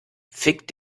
fick